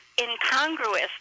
incongruous